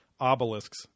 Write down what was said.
obelisks